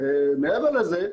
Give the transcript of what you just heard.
מעבר לזה,